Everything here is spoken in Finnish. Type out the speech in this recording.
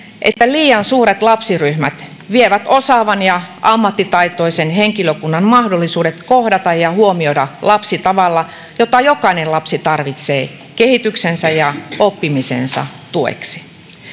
että liian suuret lapsiryhmät vievät osaavan ja ammattitaitoisen henkilökunnan mahdollisuudet kohdata ja huomioida lapsi tavalla jota jokainen lapsi tarvitsee kehityksensä ja oppimisensa tueksi